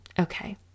Okay